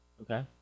okay